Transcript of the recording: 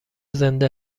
زنده